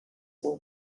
were